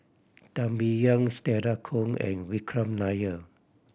Teo Bee Yen Stella Kon and Vikram Nair